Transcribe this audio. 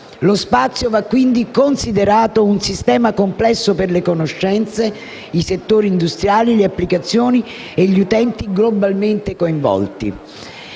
Lo spazio va quindi considerato un sistema complesso per le conoscenze, i settori industriali, le applicazioni e gli utenti globalmente coinvolti.